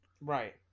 Right